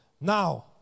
Now